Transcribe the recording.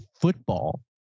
football